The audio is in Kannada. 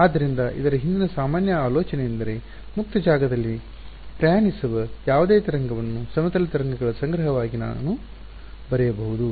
ಆದ್ದರಿಂದ ಇದರ ಹಿಂದಿನ ಸಾಮಾನ್ಯ ಆಲೋಚನೆಯೆಂದರೆ ಮುಕ್ತ ಜಾಗದಲ್ಲಿ ಪ್ರಯಾಣಿಸುವ ಯಾವುದೇ ತರಂಗವನ್ನು ಸಮತಲ ತರಂಗಗಳ ಸಂಗ್ರಹವಾಗಿ ನಾನು ಬರೆಯಬಹುದು